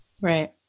Right